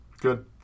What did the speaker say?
good